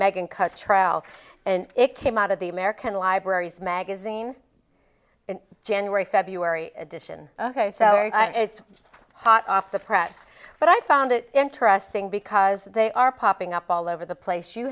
trial and it came out of the american library's magazine in january february edition ok so it's hot off the press but i found it interesting because they are popping up all over the place you